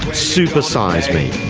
super size me.